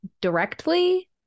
directly